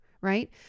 Right